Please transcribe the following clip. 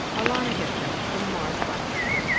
alana heffernan, from maurice blackburn.